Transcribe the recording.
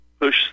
push